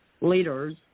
leaders